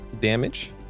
damage